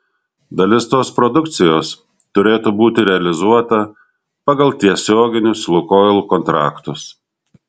dalis tos produkcijos turėtų būti realizuota pagal tiesioginius lukoil kontraktus